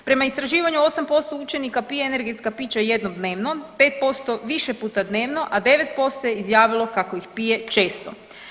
Prema istraživanju 8% učenika pije energetska pića jednom dnevno, 5% više puta dnevno, a 9% je izjavilo kako ih pije često.